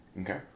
Okay